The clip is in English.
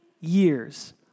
years